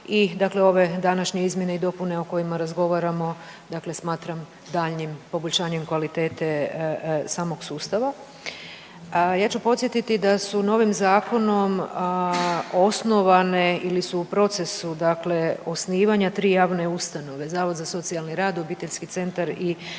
ove današnje izmjene i dopune o kojima razgovaramo smatram daljnjim poboljšanjem kvalitete samog sustava. Ja ću podsjetiti da su novim zakonom osnovane ili su u procesu osnivanja tri javne ustanove Zavod za socijalni rad, Obiteljski centar i